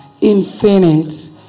infinite